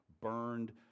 burned